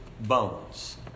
bones